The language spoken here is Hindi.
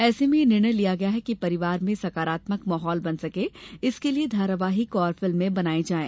ऐसे में यह निर्णय लिया गया कि परिवार ने सकारात्मक माहौल बन सके इसके लिये धारावाहिक और फिल्में बनाई जाये